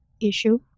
issue